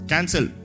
Cancel